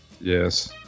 Yes